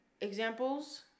examples